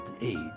Age